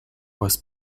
was